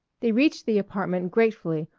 they reached the apartment gratefully,